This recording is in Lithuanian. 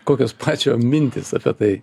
kokios pačio mintys apie tai